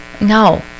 No